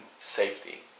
safety